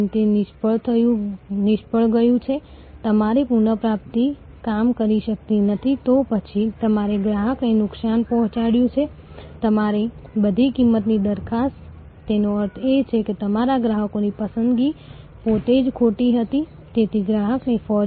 જેમ જેમ તમારા મનપસંદ ગીતો વગાડવામાં આવી રહ્યા છે તમે કૉલ કરી શકો છો તમે જોકી રેડિયો જોકી સાથે ચેટ કરી શકો છો અને તમે ખરેખર એક ઓળખ અને અમુક પ્રકારના સંબંધ બનાવી શકો છો